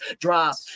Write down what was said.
drop